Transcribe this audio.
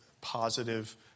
positive